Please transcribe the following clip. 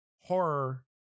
horror